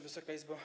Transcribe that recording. Wysoka Izbo!